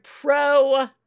pro